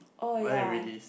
when release